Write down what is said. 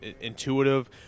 Intuitive